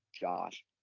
Josh